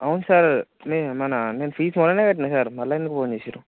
అవును సార్ నేను మన నేను ఫీజ్ మొన్ననే కట్టినా సార్ మళ్ళా ఎందుకు ఫోన్ చేసారు